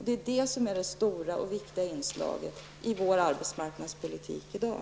Det är detta som är det stora och viktiga inslaget i vår arbetsmarknadspolitik i dag.